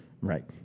Right